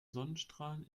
sonnenstrahlen